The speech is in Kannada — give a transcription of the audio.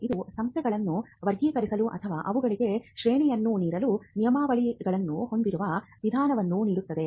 ಇದು ಸಂಸ್ಥೆಗಳನ್ನು ವರ್ಗೀಕರಿಸಲು ಅಥವಾ ಅವುಗಳಿಗೆ ಶ್ರೇಣಿಯನ್ನು ನೀಡಲು ನಿಯಮಾವಳಿಗಳನ್ನು ಹೊಂದಿರುವ ವಿಧಾನವನ್ನು ನೀಡುತ್ತದೆ